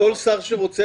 כל שר שרוצה,